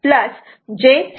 6 j 7